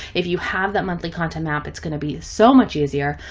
if you have that monthly content map, it's going to be so much easier.